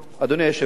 אדוני היושב-ראש,